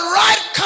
right